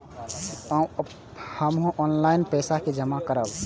हमू ऑनलाईनपेसा के जमा करब?